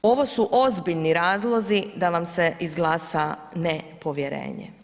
Ovo su ozbiljni razlozi da vam se izglasa nepovjerenje.